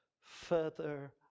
further